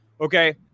okay